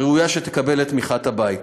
ראויה שתקבל את תמיכת הבית.